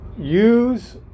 use